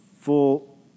full